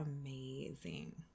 amazing